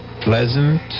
pleasant